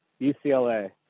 UCLA